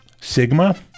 Sigma-